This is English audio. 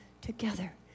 together